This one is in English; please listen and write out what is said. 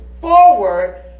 forward